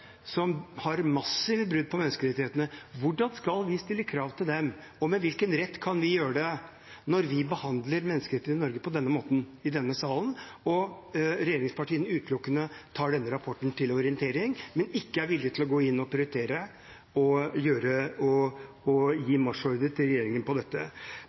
skal vi stille krav til dem, og med hvilken rett kan vi gjøre det når vi behandler menneskerettighetene i Norge på denne måten i denne salen, og regjeringspartiene utelukkende tar denne rapporten til orientering, men ikke er villig til å gå inn og prioritere og gi marsjordre til regjeringen på dette?